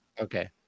Okay